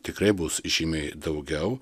tikrai bus žymiai daugiau